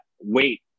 wait